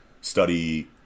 study